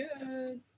Good